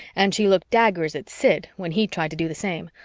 and she looked daggers at sid when he tried to do the same,